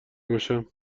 باشم